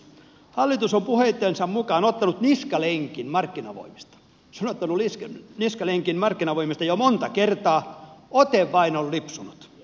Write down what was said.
hallitus on puheittensa mukaan ottanut niskalenkin markkinavoimista se on ottanut niskalenkin markkinavoimista jo monta kertaa ote vain on lipsunut